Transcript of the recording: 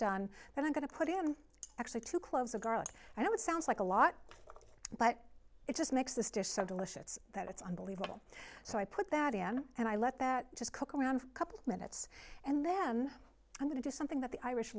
done and i'm going to put in actually two cloves of garlic i know it sounds like a lot but it just makes this dish so delicious that it's unbelievable so i put that in and i let that just cook around a couple of minutes and then i'm going to do something that the irish